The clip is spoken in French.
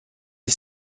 est